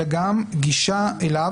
אלא גם גישה אליו,